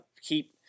keep